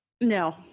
No